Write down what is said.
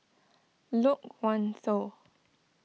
Loke Wan Tho